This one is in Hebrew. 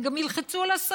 הם גם ילחצו על השרים,